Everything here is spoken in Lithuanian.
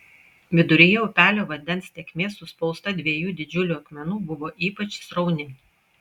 viduryje upelio vandens tėkmė suspausta dviejų didžiulių akmenų buvo ypač srauni